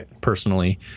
personally